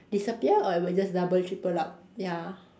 disappear or it will double triple up ya